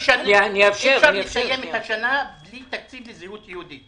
אי אפשר לסיים את השנה בלי תקציב וזהות יהודית,